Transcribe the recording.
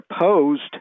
opposed